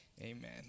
amen